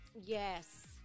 Yes